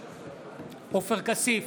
עופר כסיף,